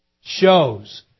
shows